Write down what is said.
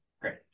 Great